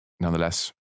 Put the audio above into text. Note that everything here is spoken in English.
Nonetheless